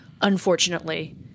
unfortunately